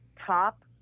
top